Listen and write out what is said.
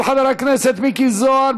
של חבר הכנסת מיקי זוהר,